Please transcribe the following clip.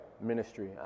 ministry